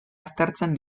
aztertzen